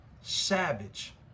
savage